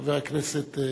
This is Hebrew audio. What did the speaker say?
חבר הכנסת.